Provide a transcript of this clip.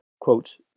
quote